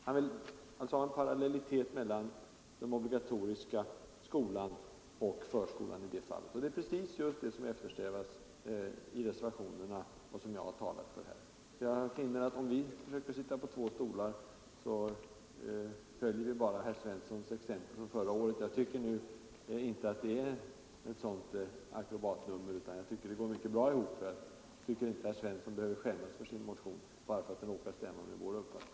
Han vill alltså ha en parallellitet mellan den obligatoriska skolan och förskolan i det fallet. Det är precis detsamma som eftersträvas i reservationerna, och som jag har talat för här. Jag finner därför att vi, om vi försöker sitta på två stolar, bara följer herr Svenssons exempel från förra året. Jag tycker emellertid inte att det är något akrobatnummer, utan det går mycket bra ihop. Herr Svensson behöver alltså inte skämmas för sin motion, bara därför att den råkar stämma med vår uppfattning.